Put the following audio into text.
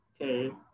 Okay